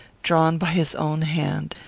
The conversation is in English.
drawn by his own hand.